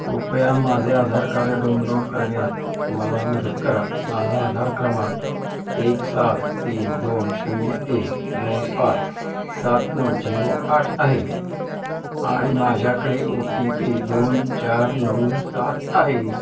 कृपया माझे Aadhaar card download करण्यात मला मदत करा माझा आधार क्रमांक एक सात तीन दोन शून्य एक दोन पाच सात नऊ झिरो आठ आहे आणि माझ्याकडे ओ टी पी दोन चार नऊ सात आहे